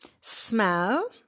smell